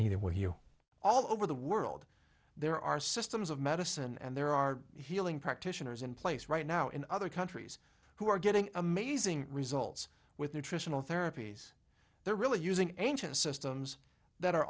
neither will you all over the world there are systems of medicine and there are healing practitioners in place right now in other countries who are getting amazing results with nutritional therapies they're really using ancient systems that are